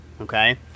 Okay